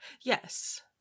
Yes